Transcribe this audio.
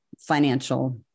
financial